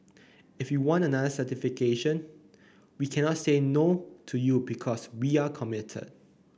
if you want another certification we cannot say no to you because we're committed